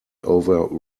over